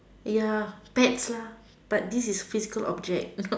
ya pets lah but this is physical object